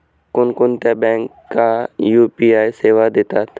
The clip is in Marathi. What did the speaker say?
कोणकोणत्या बँका यू.पी.आय सेवा देतात?